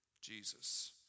Jesus